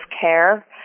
care